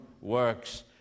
works